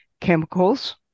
Chemicals